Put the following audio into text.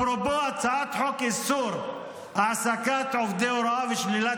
אפרופו הצעת חוק איסור העסקת עובדי הוראה ושלילת